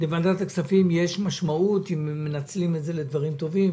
לוועדת הכספים יש משמעות כשמנצלים את זה לדברים טובים,